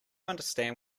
understand